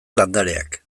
landareak